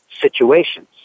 situations